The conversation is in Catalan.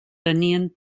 tenien